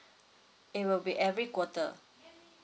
it will be every quarter